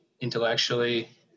intellectually